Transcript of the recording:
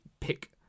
pick